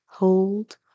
Hold